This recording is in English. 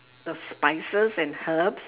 the spices and herbs